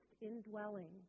indwelling